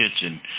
Kitchen